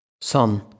Son